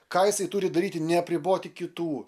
ką jisai turi daryti neapriboti kitų